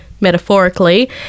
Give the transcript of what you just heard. metaphorically